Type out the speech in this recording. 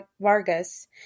Vargas